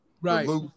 Right